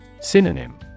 Synonym